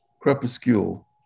Crepuscule